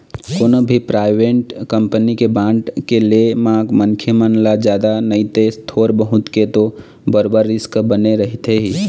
कोनो भी private company के बांड के ले म मनखे मन ल जादा नइते थोर बहुत के तो बरोबर रिस्क बने रहिथे ही